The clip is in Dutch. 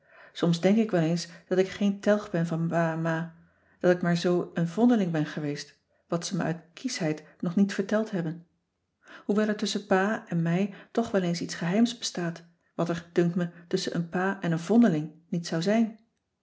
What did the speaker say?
soms denk ik wel eens dat ik geen telg ben van pa en ma dat ik maar zoo een vondeling ben geweest wat ze me uit kieschheid nog niet verteld hebben hoewel er tusschen pa en mij toch wel eens iets geheims bestaat wat er dunkt me tusschen een pa en een vondeling niet zou zijn